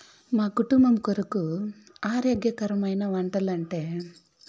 మా కుటుంబం కొరకు ఆరోగ్యకరమైన వంటలంటే